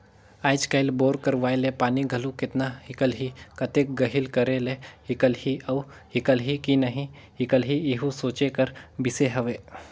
आएज काएल बोर करवाए ले पानी घलो केतना हिकलही, कतेक गहिल करे ले हिकलही अउ हिकलही कि नी हिकलही एहू सोचे कर बिसे हवे